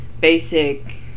basic